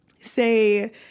say